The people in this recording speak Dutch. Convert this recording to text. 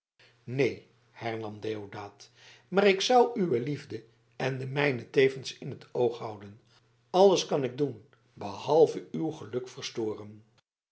neen hernam deodaat maar ik zou uwe liefde en de mijne tevens in t oog houden alles kan ik doen behalve uw geluk verstoren